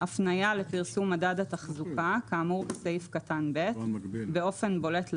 הפניה לפרסום מדד התחזוקה כאמור בסעיף קטן (ב) באופן בולט לעין,